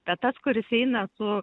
bet tas kuris eina su